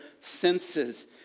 senses